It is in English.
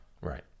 Right